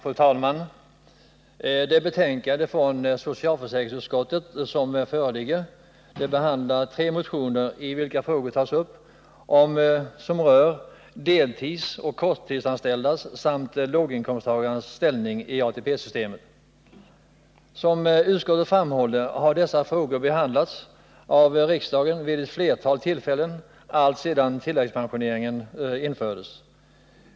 Fru talman! Det betänkande från socialförsäkringsutskottet som föreligger behandlar tre motioner, i vilka frågor tas upp som rör deltidsoch korttidsanställdas samt låginkomsttagares ställning i ATP-systemet. Som utskottet framhåller har dessa frågor behandlats av riksdagen vid ett flertal tillfällen alltsedan tilläggspensioneringen infördes.